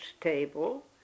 table